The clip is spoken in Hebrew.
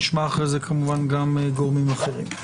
נשמע אחרי זה כמובן גם גורמים אחרים.